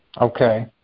Okay